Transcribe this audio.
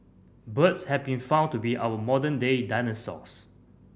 birds have been found to be our modern day dinosaurs